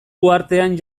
uhartean